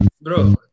Bro